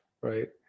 right